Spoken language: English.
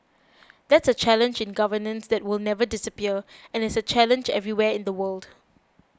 that's a challenge in governance that will never disappear and is a challenge everywhere in the world